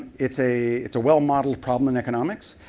it's a it's a well modeled problem in economics.